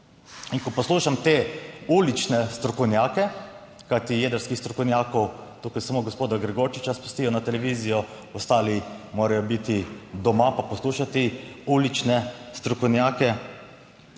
In ko poslušam te ulične strokovnjake, kajti jedrskih strokovnjakov tukaj, samo gospoda Gregorčiča spustijo na televizijo, ostali morajo biti doma pa poslušati ulične strokovnjake.